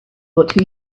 what